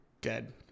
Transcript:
dead